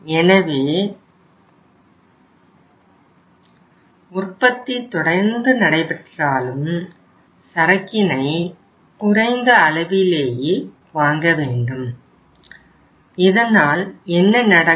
எனவே உற்பத்தி தொடர்ந்து நடைபெற்றாலும் சரக்கினை குறைந்த அளவிலேயே வாங்கவேண்டும் இதனால் என்ன நடக்கும்